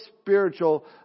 spiritual